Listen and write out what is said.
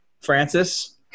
francis